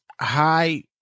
high